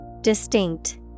Distinct